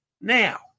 Now